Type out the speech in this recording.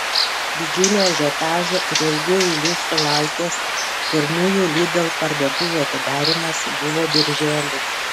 didžiulio ažiotažo ir ilgų eilių sulaukęs pirmųjų lidl parduotuvių atidarymas buvo birželį